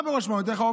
מה בראש מעייניך?